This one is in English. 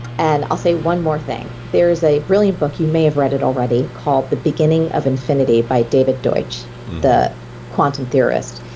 and i'll say one more thing, there is a brilliant book. you may have read it already called the beginning of infinity by david deutsch, the quantum theorist.